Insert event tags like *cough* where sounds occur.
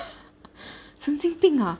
*laughs* 神经病啊